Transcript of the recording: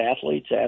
athletes